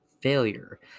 failure